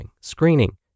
screening